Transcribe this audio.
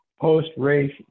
post-race